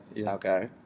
Okay